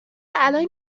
الان